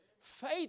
Faith